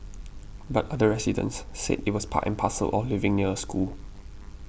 but other residents said it was part and parcel of living near a school